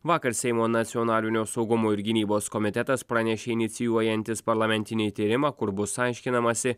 vakar seimo nacionalinio saugumo ir gynybos komitetas pranešė inicijuojantis parlamentinį tyrimą kur bus aiškinamasi